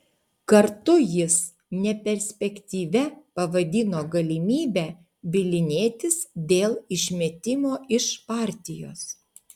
kartu jis neperspektyvia pavadino galimybę bylinėtis dėl išmetimo iš partijos